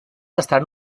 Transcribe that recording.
estaran